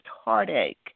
heartache